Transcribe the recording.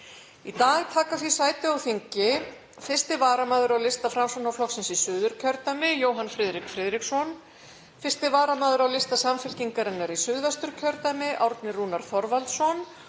Í dag taka því sæti á þingi 1. varamaður á lista Framsóknarflokksins í Suðurkjördæmi, Jóhann Friðrik Friðriksson, 1. varamaður á lista Samfylkingar í Suðvesturkjördæmi, Árni Rúnar Þorvaldsson,